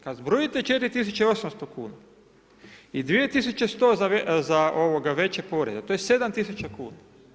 Kad zbrojite 4 800 kuna i 2 100 za veće poreze, to je 7 000 kuna.